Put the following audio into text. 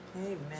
Amen